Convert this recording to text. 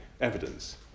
evidence